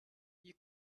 you